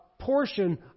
portion